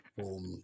form